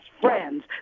friends